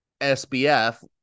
SBF